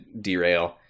derail